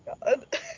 god